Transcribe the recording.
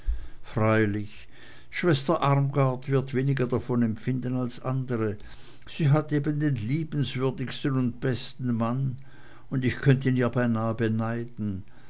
freilich schwester armgard wird weniger davon empfinden als andere sie hat eben den liebenswürdigsten und besten mann und ich könnt ihn ihr beinah beneiden